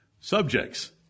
Subjects